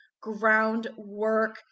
groundwork